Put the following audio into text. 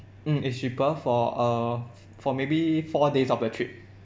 mm it's cheaper for uh f~ for maybe four days of the trip